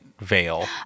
veil